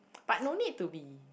but no need to be